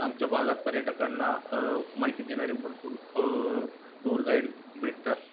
आमच्या भागात पर्यटकांना माहिती देणारे भरपूर टूर गाईड भेटतात